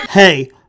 Hey